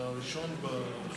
עד שלוש דקות לרשותך,